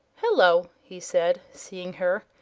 hello! he said, seeing her,